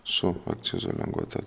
su akcizo lengvata